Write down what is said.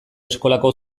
eskolako